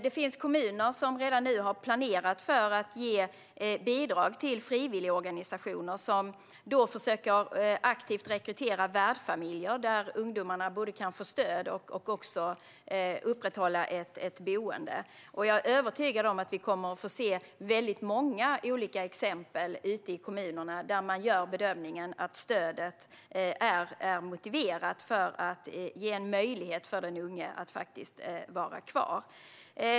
Det finns kommuner som redan nu har planerat för att ge bidrag till frivilligorganisationer som aktivt försöker rekrytera värdfamiljer där ungdomarna kan både få stöd och upprätthålla ett boende. Jag är övertygad om att vi kommer att få se väldigt många olika exempel ute i kommunerna där man gör bedömningen att stödet är motiverat för att den unge ska få möjlighet att vara kvar.